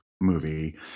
movie